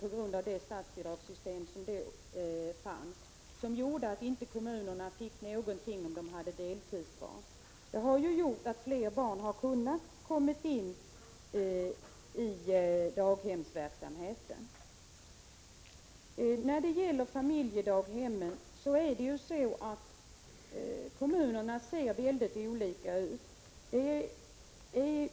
Det nya statsbidragssystemet har inneburit att fler barn har kunnat komma med i daghemsverksamheten. Kommunerna är väldigt olika.